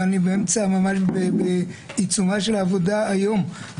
ואני בעיצומה של העבודה היום,